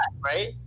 right